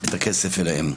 את הכסף אליהם.